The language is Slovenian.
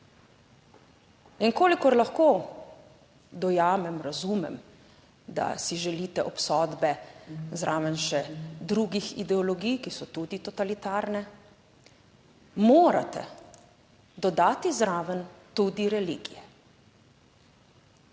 In kolikor lahko dojamem, razumem, da si želite obsodbe zraven še drugih ideologij, ki so tudi totalitarne, morate dodati zraven tudi religije.